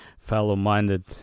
fellow-minded